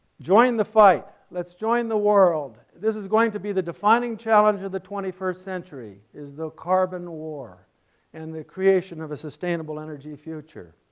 join the fight! let's join the world. this is going to be the defining challenge of the twenty first century is the carbon war and the creation of a sustainable energy future.